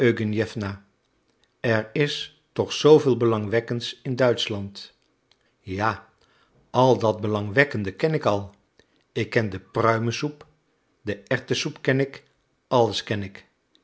er is toch zooveel belangwekkends in duitschland ja al dat belangwekkende ken ik al ik ken de pruimensoep de erwtenworst ken ik alles ken ik